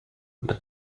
but